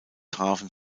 trafen